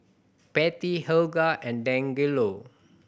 Pattie Helga and Dangelo